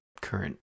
current